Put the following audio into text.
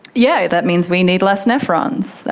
yeah that means we need less nephrons,